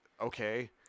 Okay